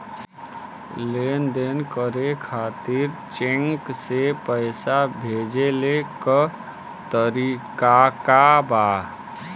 लेन देन करे खातिर चेंक से पैसा भेजेले क तरीकाका बा?